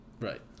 Right